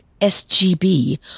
SGB